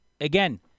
again